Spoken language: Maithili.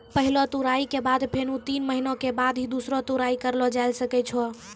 पहलो तुड़ाई के बाद फेनू तीन महीना के बाद ही दूसरो तुड़ाई करलो जाय ल सकै छो